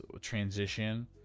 transition